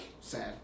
Sad